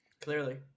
clearly